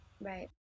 Right